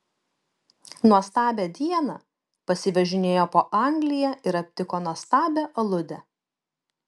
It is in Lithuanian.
nuostabią dieną pasivažinėjo po angliją ir aptiko nuostabią aludę